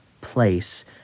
place